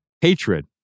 Hatred